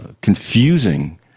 confusing